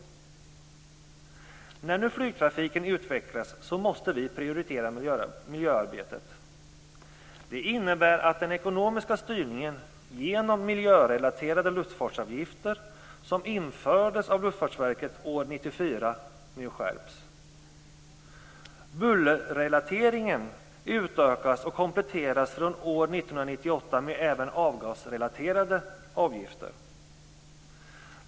När nu flygtrafiken utvecklas måste vi prioritera miljöarbetet. Det innebär att den ekonomiska styrningen genom miljörelaterade luftfartsavgifter som infördes av Luftfartsverket år 1994 nu skärps. Bullerrelateringen utökas och kompletteras från år 1998 med även avgasrelaterade avgifter.